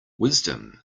wisdom